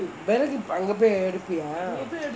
விறகு அங்கே போய் எடுப்பியா:viragu angae poi eduppiyaa